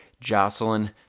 Jocelyn